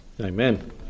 Amen